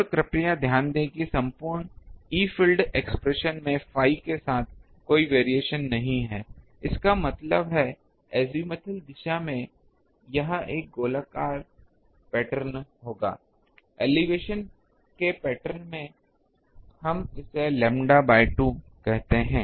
और कृपया ध्यान दें कि संपूर्ण ई फ़ील्ड एक्सप्रेशन में phi के साथ कोई वेरिएशन नहीं है इसका मतलब है अजीमुथल दिशा में यह एक गोलाकार पैटर्न होगा एलिवेशन के पैटर्न में हम इसे लैम्ब्डा बाय 2 कहते है